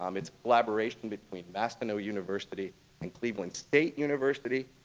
um it's a collaboration between maseno university and cleveland state university.